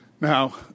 Now